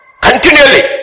Continually